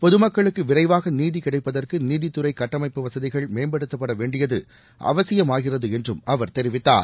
பொதுமக்களுக்கு விரைவாக நீதி கிடைப்பதற்கு நீதித்துறை கட்டமைப்பு வசதிகள் மேம்படுத்தப்பட வேண்டியது அவசியமாகிறது என்றும் அவர் தெரிவித்தார்